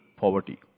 poverty